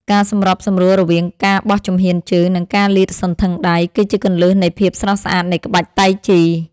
ការសម្របសម្រួលរវាងការបោះជំហានជើង និងការលាតសន្ធឹងដៃ គឺជាគន្លឹះនៃភាពស្រស់ស្អាតនៃក្បាច់តៃជី។